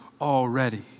already